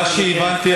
ממה שהבנתי,